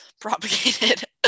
propagated